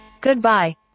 Goodbye